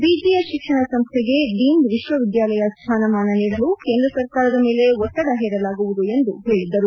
BGS ಶಿಕ್ಷಣ ಸಂಸ್ಥೆಗೆ deemed ವಿಶ್ವವಿದ್ಯಾಲಯ ಸ್ವಾನಮಾನ ನೀಡಲು ಕೇಂದ್ರ ಸರ್ಕಾರದ ಮೇಲೆ ಒತ್ತಡ ಹೇರಲಾಗುವುದು ಎಂದು ಹೇಳಿದರು